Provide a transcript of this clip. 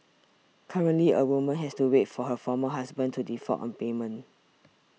currently a woman has to wait for her former husband to default on payments